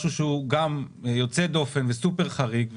משהו שהוא יוצא דופן וסופר חריג,